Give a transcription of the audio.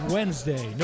Wednesday